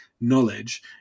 knowledge